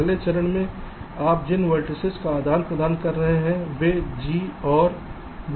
अगले चरण में आप जिन वेर्तिसेस का आदान प्रदान कर रहे हैं वे G और B हैं